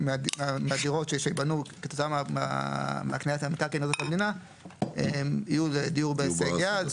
מהדירות שייבנו מהקניית המקרקעין למדינה יהיו דיור בהישג יד.